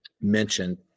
mentioned